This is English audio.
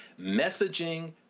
Messaging